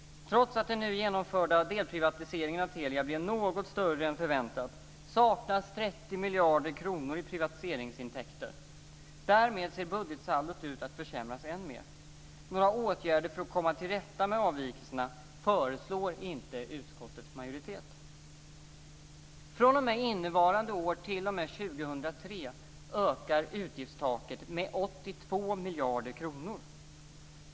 Trots att den nu genomförda delprivatiseringen av Telia blir något större än förväntat, saknas 30 miljarder kronor i privatiseringsintäkter. Därmed ser budgetsaldot ut att försämras alltmer. Några åtgärder för att komma till rätta med avvikelserna föreslår inte utskottets majoritet. fr.o.m. innevarande år t.o.m. 2003 ökar utgiftstaket med 82 miljarder kronor.